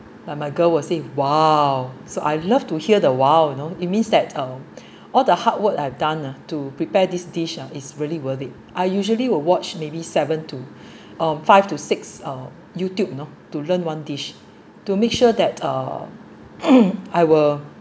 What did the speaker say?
like my girl will say !wow! so I love to hear the !wow! you know it means that uh all the hard work I've done ah to prepare this dish ah is really worth it I usually will watch maybe seven to uh five to six uh YouTube you know to learn one dish to make sure that uh I will